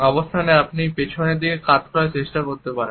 অবস্থানের আপনি এটি পিছনে কাত করার চেষ্টা করতে পারেন